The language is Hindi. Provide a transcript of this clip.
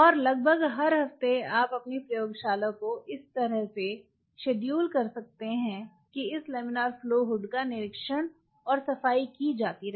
और लगभग हर हफ्ते आप अपनी प्रयोगशाला को इस तरह से शेड्यूल कर सकते हैं कि इस लमिनार फ्लो हुड का निरीक्षण और सफाई की जाती रहे